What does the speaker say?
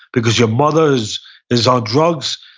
because your mother is is on drugs,